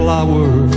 Flower